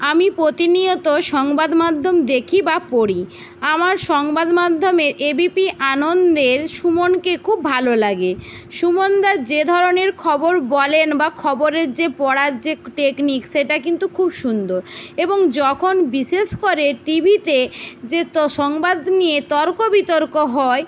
আমি প্রতিনিয়ত সংবাদ মাধ্যম দেখি বা পড়ি আমার সংবাদ মাধ্যমের এ বি পি আনন্দের সুমনকে খুব ভালো লাগে সুমনদা যে ধরনের খবর বলেন বা খবরের যে পড়ার যে টেকনিক সেটা কিন্তু খুব সুন্দর এবং যখন বিশেষ করে টি ভিতে যে সংবাদ নিয়ে তর্কবিতর্ক হয়